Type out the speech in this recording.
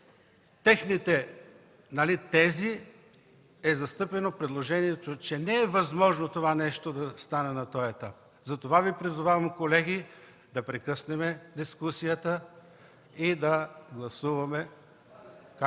техните тези е застъпено предложението, че не е възможно това нещо да стане на този етап. Затова Ви призовавам, колеги, да прекъснем дискусията и да гласуваме, както